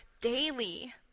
daily